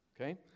Okay